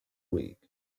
week